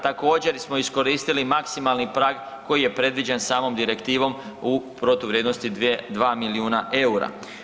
Također smo iskoristili maksimalni prag koji je predviđen samom direktivom u protuvrijednosti dva milijuna eura.